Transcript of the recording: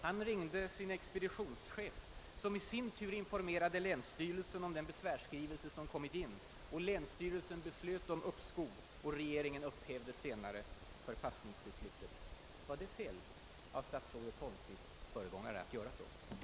Han ringde sin expeditionschef som i sin tur informerade länsstyrelsen om den besvärsskrivelse som kommit in. Och länsstyrelsen fattade beslut om uppskov, varefter regeringen senare upphävde förpassningsbeslutet. Var det fel av statsrådet Holmqvists föregångare att göra på det sättet?